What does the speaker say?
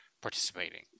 participating